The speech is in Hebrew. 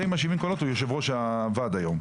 זה עם 70 הקולות הוא יושב-ראש הוועד היום.